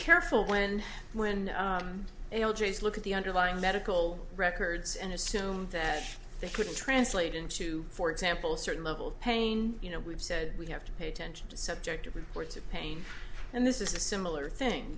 careful when when they all just look at the underlying medical records and assume they could translate into for example certain level of pain you know we've said we have to pay attention to subjective reports of pain and this is a similar thing